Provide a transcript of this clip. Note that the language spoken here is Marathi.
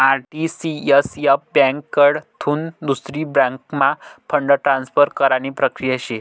आर.टी.सी.एस.एफ ब्यांककडथून दुसरी बँकम्हा फंड ट्रान्सफर करानी प्रक्रिया शे